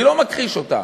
אני לא מכחיש אותם,